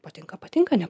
patinka patinka ne